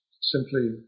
simply